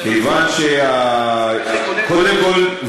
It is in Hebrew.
קודם כול,